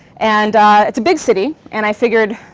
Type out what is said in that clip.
and it's a big city, and i figured,